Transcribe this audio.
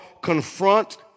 confront